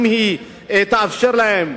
אם היא תאפשר להם,